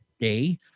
day